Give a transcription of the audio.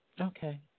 Okay